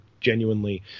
genuinely